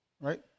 Right